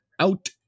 Out